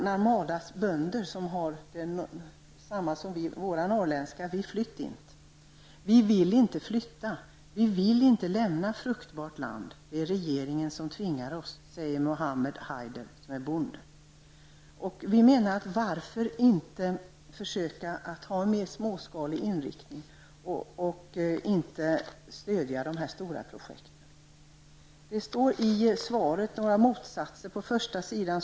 Narmadas bönder säger som våra norrländska bönder: ''Vi flytt int''. Vi vill inte flytta, och vi vill inte lämna fruktbart land. Det är regeringen som tvingar. Så säger en bonde vid namn Muhammed Varför inte försöka med en mera småskalig inriktning i stället för att stödja dessa stora projekt? I början av svaret finns det några motsägande meningar.